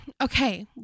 okay